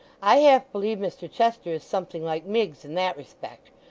i half believe mr chester is something like miggs in that respect.